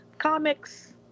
comics